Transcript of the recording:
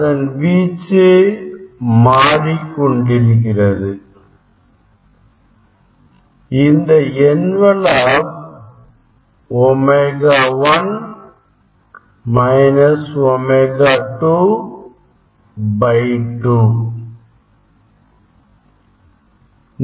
அதன் வீச்சு மாறிக்கொண்டிருக்கிறது இந்த envelop ஒமேகா 1 மைனஸ் ஒமேகா 2 2